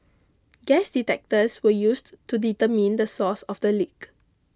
gas detectors were used to determine the source of the leak